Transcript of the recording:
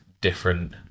different